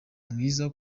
mwiza